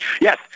Yes